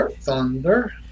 thunder